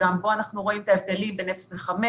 שגם בה אנחנו רואים את ההבדלים בין 0 ל-5,